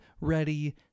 ready